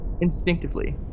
Instinctively